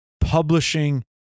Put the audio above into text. publishing